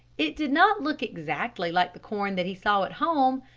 it did not look exactly like the corn that he saw at home,